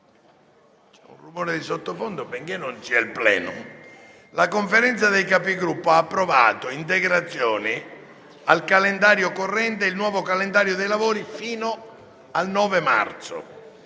La Conferenza dei Capigruppo ha approvato integrazioni al calendario corrente e il nuovo calendario dei lavori fino al 9 marzo.